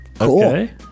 Okay